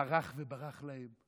פרח וברח להם.